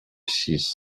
six